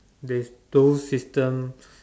there is those system